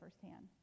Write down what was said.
firsthand